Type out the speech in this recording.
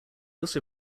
also